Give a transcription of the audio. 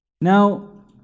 Now